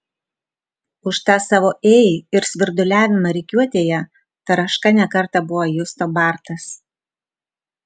už tą savo ei ir svirduliavimą rikiuotėje taraška ne kartą buvo justo bartas